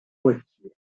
poitiers